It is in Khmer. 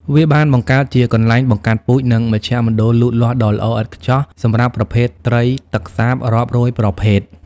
វាបានបង្កើតជាកន្លែងបង្កាត់ពូជ និងមជ្ឈមណ្ឌលលូតលាស់ដ៏ល្អឥតខ្ចោះសម្រាប់ប្រភេទត្រីទឹកសាបរាប់រយប្រភេទ។